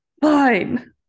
fine